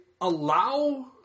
allow